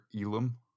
Elam